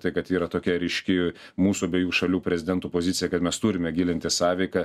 tai kad yra tokia ryški mūsų abiejų šalių prezidentų pozicija kad mes turime gilinti sąveiką